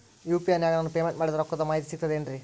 UPI ನಾಗ ನಾನು payment ಮಾಡಿದ ರೊಕ್ಕದ ಮಾಹಿತಿ ಸಿಕ್ತದೆ ಏನ್ರಿ?